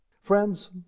Friends